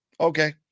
okay